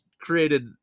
created